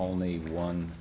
only one